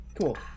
Cool